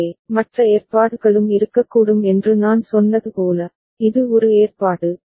எனவே மற்ற ஏற்பாடுகளும் இருக்கக்கூடும் என்று நான் சொன்னது போல இது ஒரு ஏற்பாடு